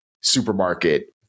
supermarket